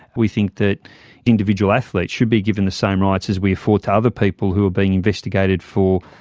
we think that individual athletes should be given the same rights as we afford to other people who are being investigated for,